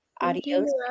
adios